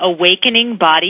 Awakeningbody